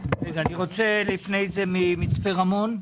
מצפה רמון.